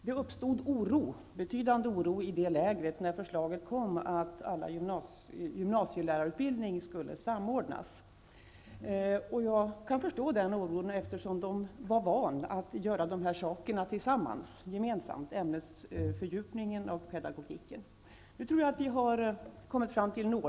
Det uppstod betydande oro i det lägret när förslaget kom om att all gymnasielärarutbildning skulle samordnas. Jag kan förstå denna oro, eftersom man var van vid att ha ämnesfördjupningen och pedagogiken tillsammans.